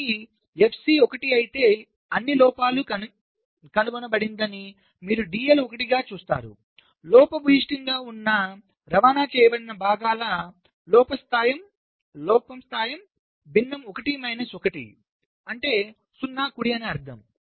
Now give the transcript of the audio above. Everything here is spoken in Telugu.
కాబట్టి FC 1 అయితే అన్ని లోపాలుకనుగొనబడిందని మీరు DL 1 గా చూస్తారు లోపభూయిష్టంగా ఉన్న రవాణా చేయబడిన భాగాల లోపం స్థాయి భిన్నం 1 మైనస్ 1 0 కుడి అని అర్థం